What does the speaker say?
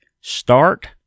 start